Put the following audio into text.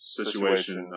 situation